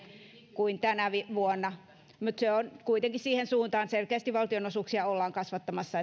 kuin tänä vuonna suunta kuitenkin on että selkeästi valtionosuuksia ollaan kasvattamassa